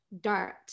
dirt